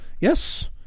Yes